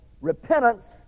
repentance